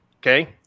okay